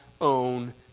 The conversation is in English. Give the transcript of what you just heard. own